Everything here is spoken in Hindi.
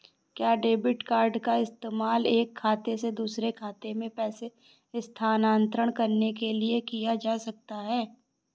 क्या डेबिट कार्ड का इस्तेमाल एक खाते से दूसरे खाते में पैसे स्थानांतरण करने के लिए किया जा सकता है?